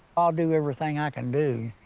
i'll do everything i can do,